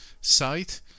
site